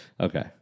Okay